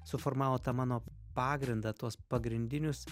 suformavo tą mano pagrindą tuos pagrindinius